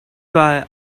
why